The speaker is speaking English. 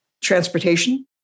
transportation